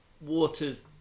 waters